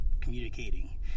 communicating